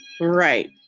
Right